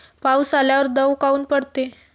पाऊस आल्यावर दव काऊन पडते?